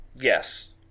yes